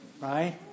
right